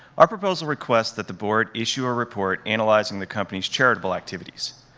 our proposal requests that the board issue a report analyzing the company's charitable activities.